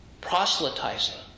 proselytizing